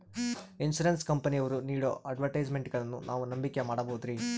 Insurance ಕಂಪನಿಯವರು ನೇಡೋ ಅಡ್ವರ್ಟೈಸ್ಮೆಂಟ್ಗಳನ್ನು ನಾವು ನಂಬಿಕೆ ಮಾಡಬಹುದ್ರಿ?